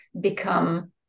become